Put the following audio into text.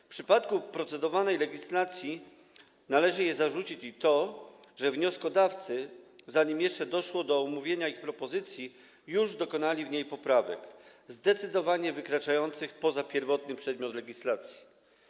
W przypadku tej legislacji należy jej zarzucić też to, że wnioskodawcy, zanim doszło do omówienia ich propozycji, już dokonali w projekcie poprawek zdecydowanie wykraczających poza pierwotny przedmiot legislacji.